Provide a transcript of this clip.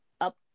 up